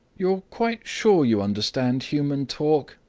you're quite sure you understand human talk?